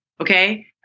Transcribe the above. Okay